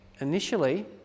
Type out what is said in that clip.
initially